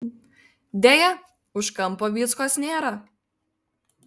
deja už kampo vyckos nėra